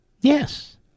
Yes